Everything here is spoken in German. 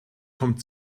kommt